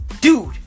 Dude